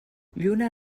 lluna